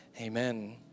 amen